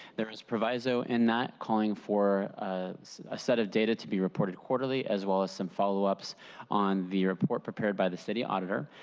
there is proviso in that calling for a set of data to be reported quarterly as well as some follow-ups on the report prepared by the city auditor.